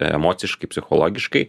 emociškai psichologiškai